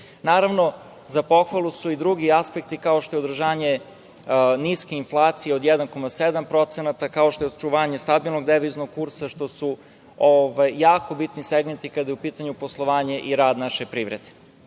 očekuje. Naravno, za pohvalu su i drugi aspekti, kao što je održanje niske inflacije od 1,7%, kao što je očuvanje stabilnog deviznog kursa, što su jako bitni segmenti kada je u pitanju poslovanje i rad naše privrede. Ono